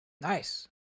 nice